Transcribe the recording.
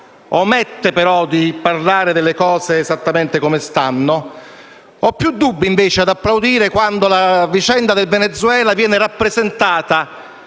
omette di parlare delle cose esattamente come stanno - che ho più dubbi ad applaudire quando la vicenda del Venezuela viene rappresentata